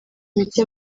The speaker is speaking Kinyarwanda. mike